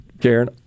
Karen